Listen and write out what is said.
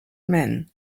man